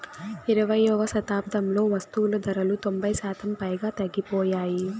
ఇరవైయవ శతాబ్దంలో వస్తువులు ధరలు తొంభై శాతం పైగా తగ్గిపోయాయి